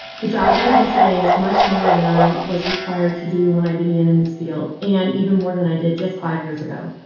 the job that i do today is much more than i was required to do when i began in this field. an even more than i did just five years ago.